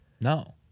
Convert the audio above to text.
No